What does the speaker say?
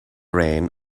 rain